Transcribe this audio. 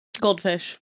Goldfish